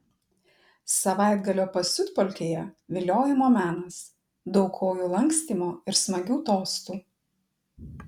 savaitgalio pasiutpolkėje viliojimo menas daug kojų lankstymo ir smagių tostų